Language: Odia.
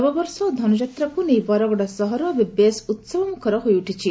ନବବର୍ଷ ଓ ଧନୁଯାତ୍ରାକୁ ନେଇ ବରଗଡ଼ ସହର ଏବେ ବେଶ୍ ଉହବମୁଖର ହୋଇଉଠିଛି